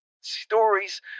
Stories